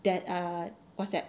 that err what's that